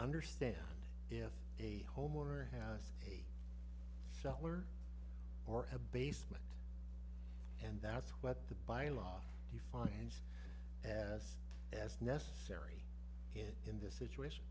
understand if a homeowner has a cellar or have a basement and that's what the by law defines as as necessary here in this situation